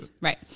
right